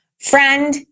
friend